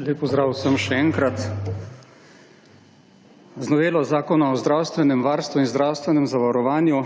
Lep pozdrav vsem še enkrat! Z novelo zakona o zdravstvenem varstvu in zdravstvenem zavarovanju